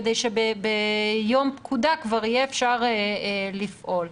כדי שביום פקודה אפשר יהיה כבר לפעול.